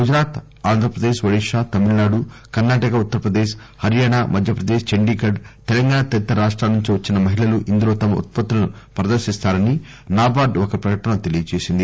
గుజరాత్ ఆంధ్రప్రదేశ్ఒడిశా తమిళనాడు కర్ణాటక ఉత్తర ప్రదేశ్ హర్యానా మధ్య ప్రదేశ్ చండీఘర్ తెలంగాణా తదితర రాష్టాల నుంచి వచ్చిన మహిళలు ఇందులో తమ ఉత్పత్తులను ప్రదర్సిస్తారని నాబార్గ్ ఒక ప్రకటనలో తెలిపింది